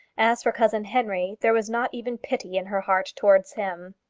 as for cousin henry, there was not even pity in her heart towards him.